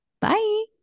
Bye